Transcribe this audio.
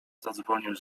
zadzwonił